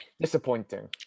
Disappointing